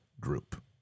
Group